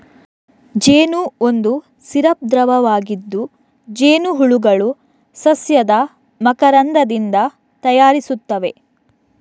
ಜೇನು ಒಂದು ಸಿರಪ್ ದ್ರವವಾಗಿದ್ದು, ಜೇನುಹುಳುಗಳು ಸಸ್ಯದ ಮಕರಂದದಿಂದ ತಯಾರಿಸುತ್ತವೆ